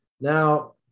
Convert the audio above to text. now